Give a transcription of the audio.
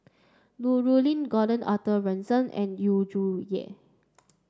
Lu Rulin Gordon Arthur Ransome and Yu Zhuye